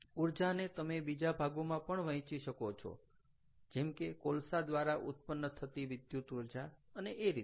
ઊર્જાને તમે બીજા ભાગોમાં પણ વહેંચી શકો છો જેમ કે કોલસા દ્વારા ઉત્પન્ન થતી વિદ્યુતઊર્જા અને એ રીતે